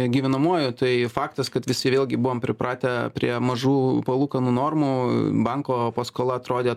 gyvenamuoju tai faktas kad visi vėlgi buvom pripratę prie mažų palūkanų normų banko paskola atrodė